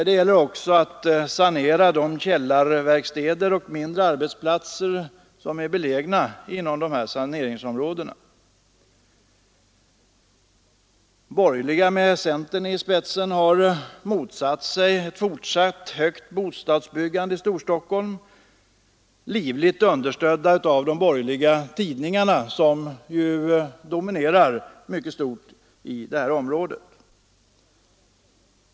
Det gäller också att sanera alla de källarverkstäder och andra mindre arbetsplatser som är belägna inom de här saneringsområdena. De borgerliga med centern i spetsen har motsatt sig ett fortsatt högt bostadsbyggande i Storstockholm, livligt understödda av de borgerliga tidningarna, som ju dominerar mycket stort i det här området.